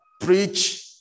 preach